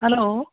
hello